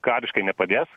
kariškai nepadės